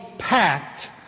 packed